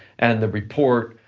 and the report,